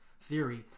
theory